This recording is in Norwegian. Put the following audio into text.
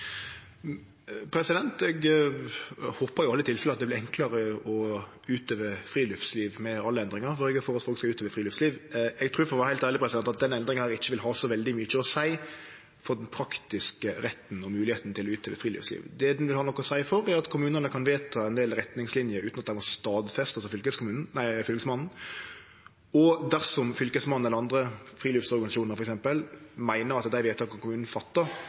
Eg håpar i alle tilfelle at det vert enklare å utøve friluftsliv med alle endringar som eg har føreslått som gjeld friluftsliv. Eg trur for å vere ærleg at denne endringa ikkje vil ha så mykje å seie for den praktiske retten og moglegheita til å utøve friluftsliv. Det ho vil ha noko å seie for, er at kommunane kan vedta ein del retningslinjer utan at dei må stadfestast av Fylkesmannen. Dersom Fylkesmannen eller andre, t.d. friluftslivorganisasjonar, meiner at dei vedtaka kommunen